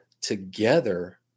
together